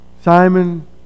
Simon